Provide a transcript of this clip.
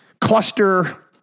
cluster